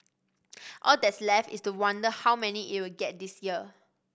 all that's left is to wonder how many it'll get this year